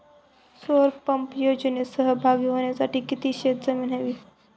सौर पंप योजनेत सहभागी होण्यासाठी किती शेत जमीन हवी?